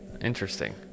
interesting